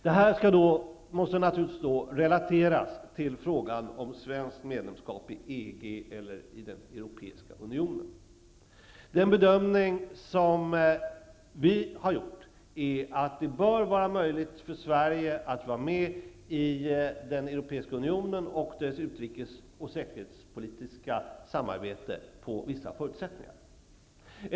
Detta måste naturligtvis relateras till frågan om svenskt medlemskap i EG eller i den europeiska unionen. Den bedömning vi har gjort är att det bör vara möjligt för Sverige att vara med i den europeiska unionen och dess utrikes och säkerhetspolitiska samarbete under vissa förutsättningar.